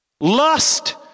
Lust